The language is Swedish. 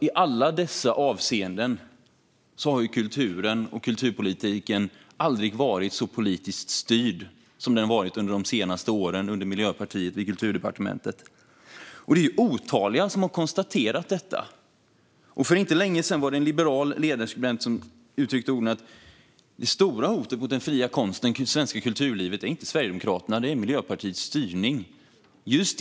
I alla dessa avseenden har kulturen och kulturpolitiken aldrig varit så politiskt styrd som de senaste åren med Miljöpartiet i Kulturdepartementet. Det är otaliga som har konstaterat detta. För inte länge sedan uttryckte en liberal ledarskribent att det stora hotet mot den fria konsten och det svenska kulturlivet inte är Sverigedemokraterna utan Miljöpartiets styrning.